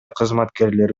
кызматкерлери